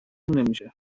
نمیشه